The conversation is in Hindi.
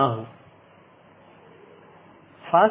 दो त्वरित अवधारणाऐ हैं एक है BGP एकत्रीकरण